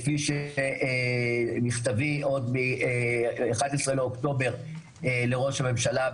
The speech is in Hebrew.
כפי שמכתבי עוד מה- 11 לאוקטובר לראש הממשלה,